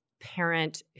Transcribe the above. parent